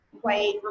white